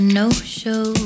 no-show